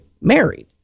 married